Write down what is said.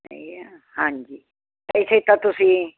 ਇਹ ਆ ਹਾਂਜੀ ਪੈਸੇ ਤਾਂ ਤੁਸੀਂ